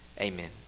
Amen